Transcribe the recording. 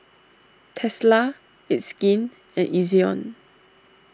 Tesla It's Skin and Ezion